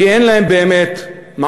כי אין להם באמת מעמד,